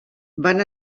van